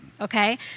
okay